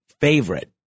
favorite